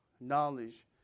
knowledge